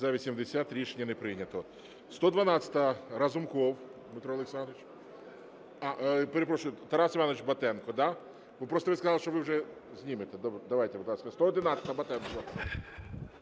За-91 Рішення не прийнято.